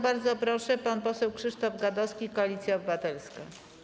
Bardzo proszę, pan poseł Krzysztof Gadowski, Koalicja Obywatelska.